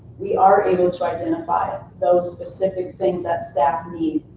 we are able to identify those specific things that staff need.